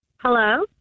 Hello